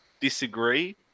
disagree